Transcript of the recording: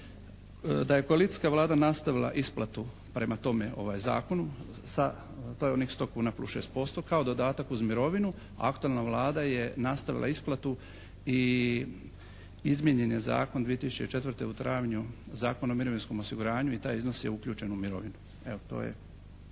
Da je koalicijska Vlada nastavila isplatu prema tome Zakonu to je onih 100 kuna plus 6% kao dodatak uz mirovinu aktualna Vlada je nastavila isplatu i izmijenjen je zakon 2004. u travnju Zakon o mirovinskom osiguranju i taj iznos je uključen u mirovinu. Evo to je